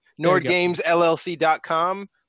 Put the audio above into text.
NordGamesLLC.com